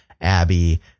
abby